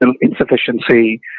insufficiency